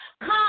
Come